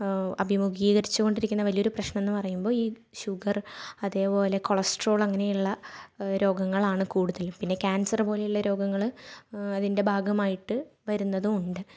അഭിമുഖീകരിച്ചുകൊണ്ടിരിക്കുന്ന വലിയൊരു പ്രശ്നമെന്നു പറയുമ്പോൾ ഈ ഷുഗർ അതേപോലെ കൊളെസ്ട്രോൾ അങ്ങനെയുള്ള രോഗങ്ങളാണ് കൂടുതൽ പിന്നെ കാൻസർ പോലെയുള്ള രോഗങ്ങൾ അതിൻ്റെ ഭാഗമായിട്ട് വരുന്നതും ഉണ്ട്